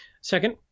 Second